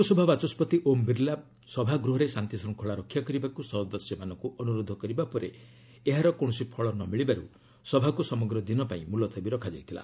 ଲୋକସଭା ବାଚସ୍କତି ଓମ୍ ବିର୍ଲା ସଭାଗୃହରେ ଶାନ୍ତିଶୃଙ୍ଖଳା ରକ୍ଷା କରିବାକୁ ସଦସ୍ୟମାନଙ୍କୁ ଅନୁରୋଧ କରିବା ପରେ ଏହାର କୌଣସି ଫଳ ନ ମିଳିବାରୁ ସଭାକୁ ସମଗ୍ର ଦିନ ପାଇଁ ମୁଲତବୀ ରଖାଯାଇଥିଲା